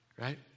Right